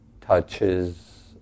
touches